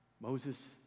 Moses